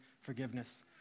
forgiveness